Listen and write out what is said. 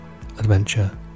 adventure